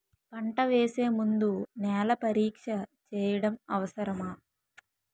పంట వేసే ముందు నేల పరీక్ష చేయటం అవసరమా?